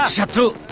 ah to